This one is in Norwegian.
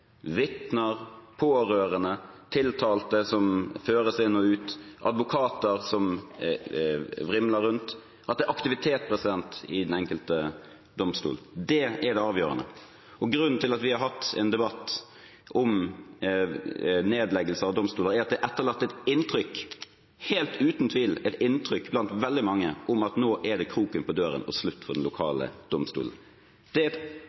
vitner, pårørende, tiltalte som føres inn og ut, advokater som vrimler rundt – at det er aktivitet i den enkelte domstol. Det er det avgjørende. Grunnen til at vi har hatt en debatt om nedleggelse av domstoler, er at det helt uten tvil er etterlatt et inntrykk hos veldig mange av at nå er det kroken på døren og slutt for den lokale domstolen. Det er et